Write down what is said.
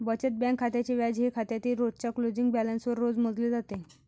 बचत बँक खात्याचे व्याज हे खात्यातील रोजच्या क्लोजिंग बॅलन्सवर रोज मोजले जाते